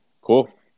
cool